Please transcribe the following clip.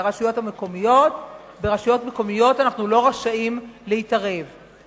אנחנו לא רשאים להתערב ברשויות המקומיות.